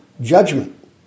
judgment